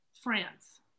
France